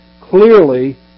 Clearly